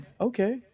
Okay